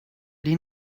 den